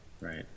right